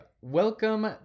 welcome